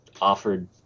offered